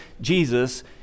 Jesus